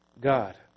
God